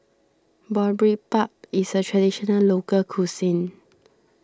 Boribap is a Traditional Local Cuisine